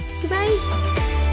Goodbye